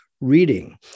reading